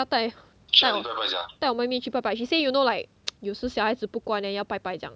她带带带我妹妹去拜拜 she say you know like 有时小孩子不乖 then 要拜拜这样